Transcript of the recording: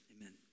amen